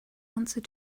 answer